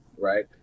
right